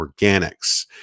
organics